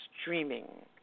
streaming